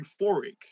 euphoric